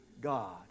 God